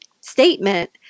statement